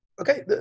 okay